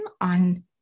on